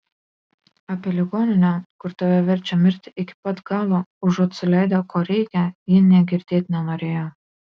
apie ligoninę kur tave verčia mirti iki pat galo užuot suleidę ko reikia ji nė girdėt nenorėjo